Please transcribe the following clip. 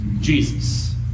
Jesus